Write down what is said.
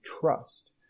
trust